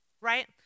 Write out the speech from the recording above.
right